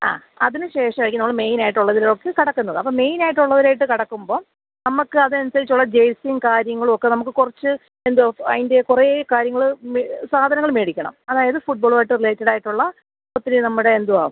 ആ അതിനു ശേഷമായിരിക്കും നമ്മൾ മെയ്നായിട്ട് ഉള്ളതിലോട്ട് കടക്കുന്നത് അപ്പോൾ മെയ്നായിട്ട് ഉള്ളവരുമായിട്ട് കടക്കുമ്പോൾ നമുക്ക് അത് അനുസരിച്ചുള്ള ജേഴ്സിയും കാര്യങ്ങളും ഒക്കെ നമുക്ക് കുറച്ച് എന്തോ അതിന്റെ കുറേ കാര്യങ്ങൾ മെ സാധനങ്ങൾ മേടിക്കണം അതായത് ഫുട്ബോളുമായിട്ട് റിലേറ്റഡായിട്ടുള്ള ഒത്തിരി നമ്മുടെ എന്തുവാണ്